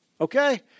Okay